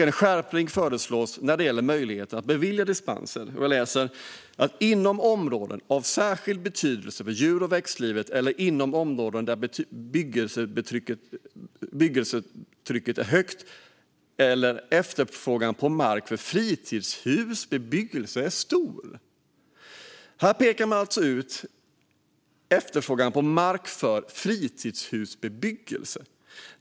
En skärpning föreslås när det gäller möjligheten att bevilja dispenser inom områden av särskild betydelse för djur och växtlivet eller inom områden där bebyggelsetrycket är högt eller där efterfrågan på mark för fritidshusbebyggelse är stor. Här pekar man alltså ut efterfrågan på mark för fritidshusbebyggelse.